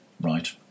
Right